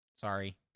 sorry